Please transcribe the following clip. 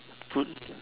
put